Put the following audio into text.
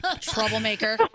Troublemaker